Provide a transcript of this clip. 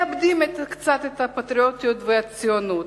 מאבדים קצת את הפטריוטיות ואת הציונות.